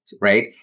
right